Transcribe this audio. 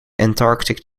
antarctic